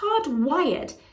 hardwired